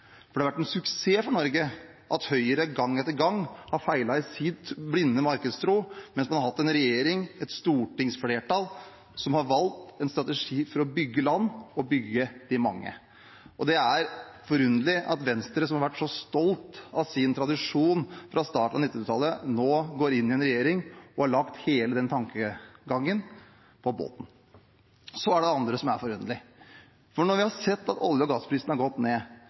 for det har vært en suksess for Norge at Høyre gang etter gang har feilet i sin blinde markedstro, mens man har hatt en regjering eller et stortingsflertall som har valgt en strategi for å bygge land og bygge for de mange. Det er forunderlig at Venstre, som har vært så stolt av sin tradisjon fra starten av 1900-tallet, nå går inn i regjering og har lagt hele den tankegangen på båten. Så er det det andre som er forunderlig: Når vi har sett at olje- og gassprisene har gått ned,